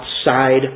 outside